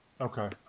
Okay